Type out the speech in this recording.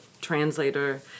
translator